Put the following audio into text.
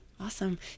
Awesome